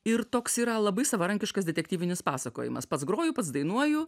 ir toks yra labai savarankiškas detektyvinis pasakojimas pats groju pats dainuoju